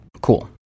Cool